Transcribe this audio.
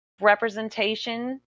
representation